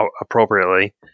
appropriately